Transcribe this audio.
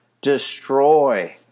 destroy